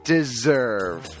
Deserve